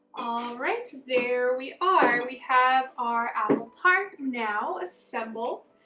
right, there we are, we have our apple tart now assembled.